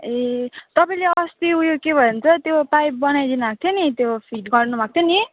ए तपाईँले अस्ति उयो के भन्छ त्यो पाइप बनाइदिनु भएको थियो नि त्यो फिट गर्नु भएको थियो नि